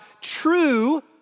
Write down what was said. true